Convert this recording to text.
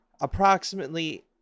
Approximately